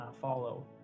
follow